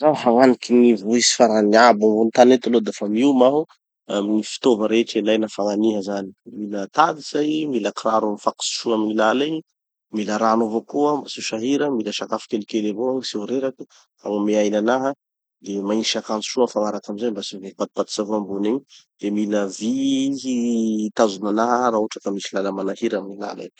Zaho hagnaniky gny vohitsy farany abo ambony tany eto aloha dafa mioma aho amy gny fitaova rehetra ilaina amy fagnaniha zany. Mila tady zay, mila kiraro mifakotsy soa amy gny lala igny, mila rano avao koa mba tsy ho sahira, mila sakafo kelikely avao aho tsy ho reraky hagnome aina anaha, de magnisy akanjo soa mifagnaraky amizay mba tsy h- hifatopatotsy avao ambony egny, de mila vy hitazona anaha rahotraky misy làla manahira amy gny lala igny.